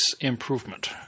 improvement